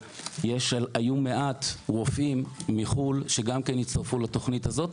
שהיו מעט רופאים מחו"ל שגם הצטרפו לתוכנית הזאת,